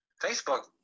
Facebook